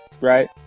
Right